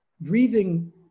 breathing